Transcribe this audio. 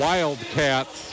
Wildcats